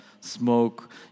smoke